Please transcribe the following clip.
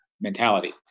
mentality